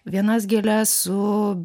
vienas gėles su